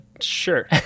sure